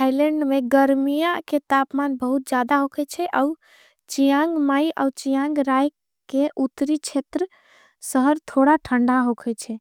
थैलन्ड में गर्मिया के तापमान। भवुत जादा हो कयच्चे अव चियांग माई अव चियांग राय के। उतरी छेतर सहर थोड़ा ठंडा हो कयच्चे।